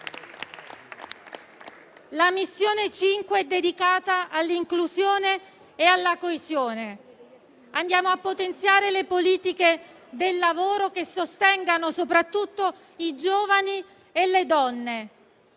La missione 5 è dedicata all'inclusione e alla coesione. Andiamo a potenziare le politiche del lavoro che sostengano soprattutto i giovani e le donne.